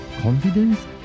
confidence